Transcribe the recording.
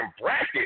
bracket